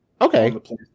Okay